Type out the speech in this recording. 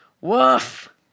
Woof